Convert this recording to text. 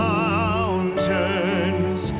mountains